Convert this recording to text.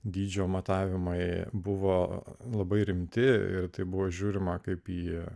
dydžio matavimai buvo labai rimti ir tai buvo žiūrima kaip jie